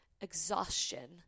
exhaustion